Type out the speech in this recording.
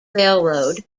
railroad